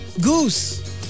Goose